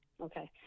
Okay